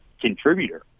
contributor